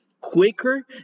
quicker